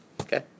Okay